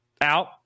out